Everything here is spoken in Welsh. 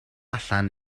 allan